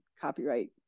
copyright